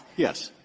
yes.